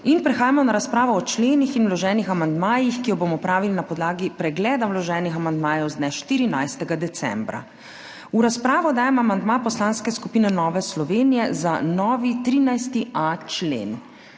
in prehajamo na razpravo o členih in vloženih amandmajih, ki jo bomo opravili na podlagi pregleda vloženih amandmajev z dne 14. decembra. V razpravo dajem amandma Poslanske skupine Nova Slovenija za novi 13.a člen.